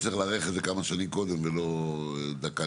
אני חושבת שכן יהיה צורך אולי לדייק את הסעיף הזה,